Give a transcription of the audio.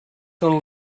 són